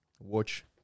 watch